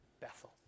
Bethel